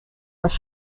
was